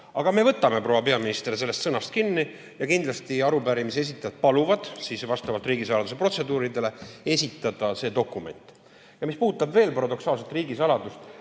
Aga me võtame, proua peaminister, sellest sõnast kinni ja kindlasti arupärimise esitajad paluvad vastavalt riigisaladuse protseduuridele esitada see dokument. Mis puudutab paradoksaalselt veel riigisaladuse